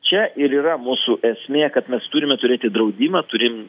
čia ir yra mūsų esmė kad mes turime turėti draudimą turim